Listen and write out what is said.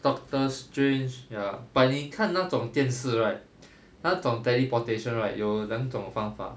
doctor strange ya but 你那种电视 right 那种 teleportation right 有两种方法